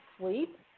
sleep